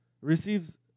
receives